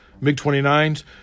MiG-29s